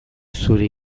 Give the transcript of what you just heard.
zure